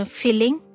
filling